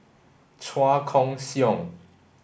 Chua Koon Siong